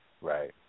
right